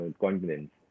continents